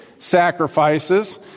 sacrifices